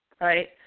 right